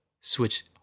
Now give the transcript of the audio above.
switch